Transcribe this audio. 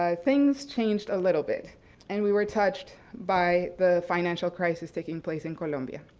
ah things changed a little bit and we were touched by the financial crisis taking place in columbia.